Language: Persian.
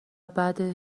بعدش